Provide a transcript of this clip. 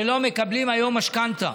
שלא מקבלים היום משכנתה.